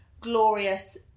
glorious